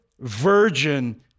virgin